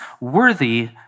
worthy